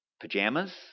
Pajamas